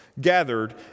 gathered